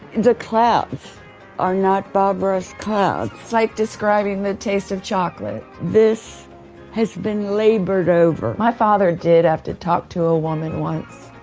and the clouds are not bob ross clouds. it's like describing the taste of chocolate. this has been labored over. my father did have to talk to a woman once,